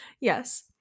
Yes